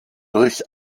durch